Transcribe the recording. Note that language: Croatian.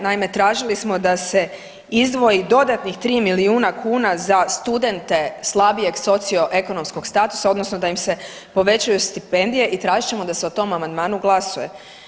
Naime, tražili smo da se izdvoji dodatnih 3 milijuna kuna za studente slabijeg socioekonomskog statusa odnosno da im se povećaju stipendije i tražit ćemo da se o tom amandmanu glasuje.